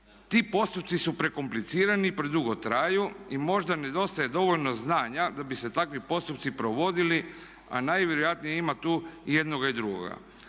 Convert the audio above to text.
ti postupci su prekomplicirani, predugo traju i možda nedostaje dovoljno znanja da bi se takvi postupci provodili, a najvjerojatnije ima tu i jednoga i drugoga.